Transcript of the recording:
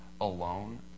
alone